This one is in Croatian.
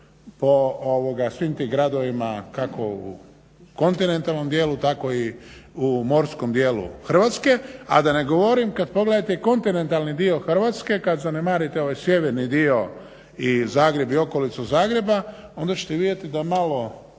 po svim tim gradovima kako u kontinentalnom dijelu tako i u morskom dijelu Hrvatske. A da ne govorim kada pogledate i kontinentalni dio Hrvatske, kada zanemarite ovaj sjeverni dio i Zagreb i okolicu Zagreba onda ćete vidjeti da malo